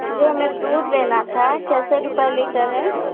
जी हमें दूध लेना था कैसे रुपये लीटर है